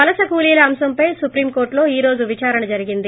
వలస కూలీల అంశంపై సుప్రీంకోర్లులో ఈ రోజు విదారణ జరిగింది